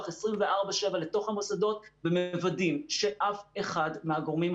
24/7 לתוך המוסדות ומוודאים שאף אחד מהגורמים,